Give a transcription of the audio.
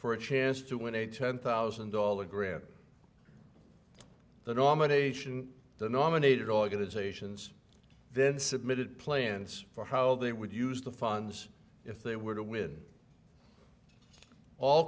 for a chance to win a ten thousand dollars grant the nomination the nominated organizations then submitted plans for how they would use the funds if they were to win all